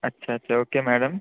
अच्छा अच्छा okay madam